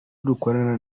dukorana